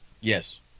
Yes